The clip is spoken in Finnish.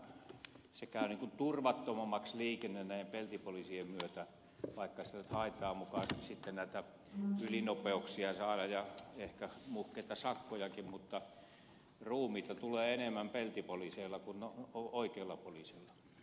liikenne käy niin kuin turvattomammaksi näiden peltipoliisien myötä vaikka niiden avulla haetaan muka sitten näitä ylinopeuksia ja ehkä muhkeita sakkojakin mutta ruumiita tulee enemmän peltipoliiseilla kuin oikeilla poliiseilla